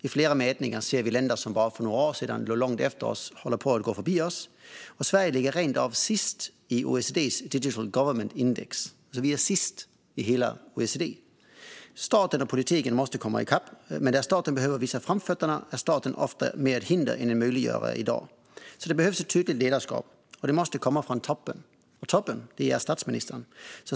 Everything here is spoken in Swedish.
I flera mätningar ser vi att länder som bara för några år sedan låg långt efter oss håller på att gå förbi oss. Sverige ligger rent av sist i OECD:s Digital Government Index, så vi är sist i hela OECD. Staten och politiken måste komma i kapp, men där staten behöver visa framfötterna är staten i dag ofta mer ett hinder än en möjliggörare. Det behövs ett tydligt ledarskap, och det måste komma från toppen. Toppen är statsministern.